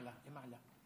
והוא נקבע לפני שנים רבות,